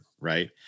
right